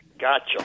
gotcha